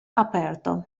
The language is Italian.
aperto